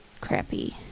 crappy